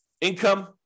Income